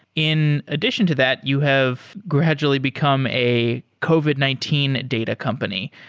in addition to that, you have gradually become a covid nineteen data company.